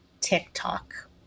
TikTok